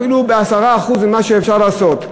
אפילו לא ב-10% ממה שאפשר לעשות.